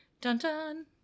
dun-dun